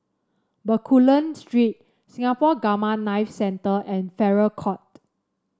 Bencoolen Street Singapore Gamma Knife Centre and Farrer Court